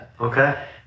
Okay